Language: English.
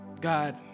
God